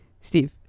Steve